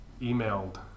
emailed